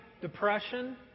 depression